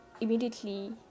immediately